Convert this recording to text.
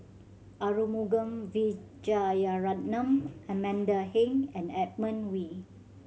Arumugam Vijiaratnam Amanda Heng and Edmund Wee